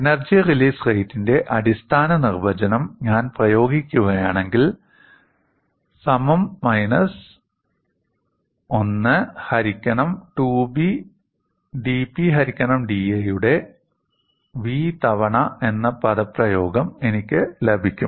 energy release റേറ്റിന്റെ അടിസ്ഥാന നിർവചനം ഞാൻ പ്രയോഗിക്കുകയാണെങ്കിൽ സമം 'മൈനസ് 1 ഹരിക്കണം 2b' 'dP ഹരിക്കണം dA' യുടെ v തവണ എന്ന പദപ്രയോഗം എനിക്ക് ലഭിക്കും